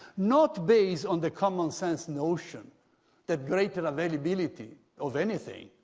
not based on the common-sense notion that greater availability of anything,